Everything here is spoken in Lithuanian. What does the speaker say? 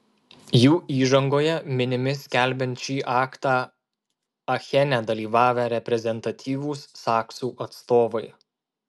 jų įžangoje minimi skelbiant šį aktą achene dalyvavę reprezentatyvūs saksų atstovai